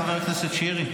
חבר כנסת שירי?